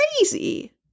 crazy